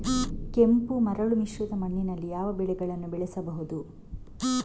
ಕೆಂಪು ಮರಳು ಮಿಶ್ರಿತ ಮಣ್ಣಿನಲ್ಲಿ ಯಾವ ಬೆಳೆಗಳನ್ನು ಬೆಳೆಸಬಹುದು?